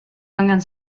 angan